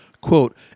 quote